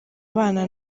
abana